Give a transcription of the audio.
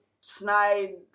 snide